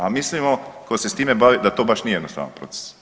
A mi mislimo tko se s time bavi, da to baš nije jednostavan proces.